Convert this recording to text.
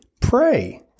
pray